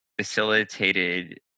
facilitated